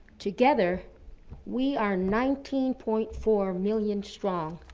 together we are nineteen point four million strong,